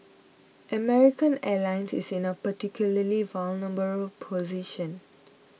American Airlines is in a particularly vulnerable position